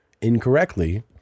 incorrectly